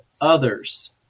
others